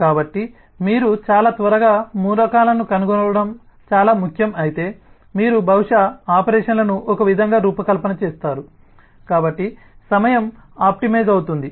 కాబట్టి మీరు చాలా త్వరగా మూలకాలను కనుగొనడం చాలా ముఖ్యం అయితే మీరు బహుశా ఆపరేషన్లను ఒక విధంగా రూపకల్పన చేస్తారు కాబట్టి సమయం ఆప్టిమైజ్ అవుతుంది